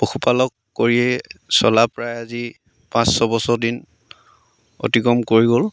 পশুপালক কৰিয়ে চলা প্ৰায় আজি পাঁচ ছবছৰ দিন অতিক্ৰম কৰি গ'ল